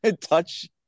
touch